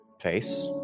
face